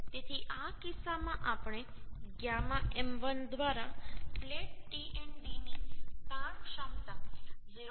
તેથી આ કિસ્સામાં આપણે γ m1 દ્વારા પ્લેટ Tnd ની તાણ ક્ષમતા 0